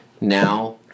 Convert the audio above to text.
now